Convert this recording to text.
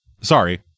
sorry